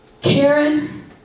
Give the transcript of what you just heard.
Karen